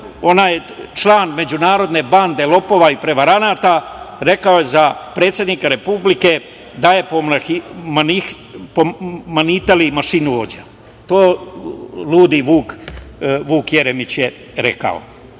onaj član međunarodne bande lopova i prevaranata, rekao je za predsednika Republike da je pomahnitali mašinovođa. To je ludi Vuk Jeremić rekao. Dakle,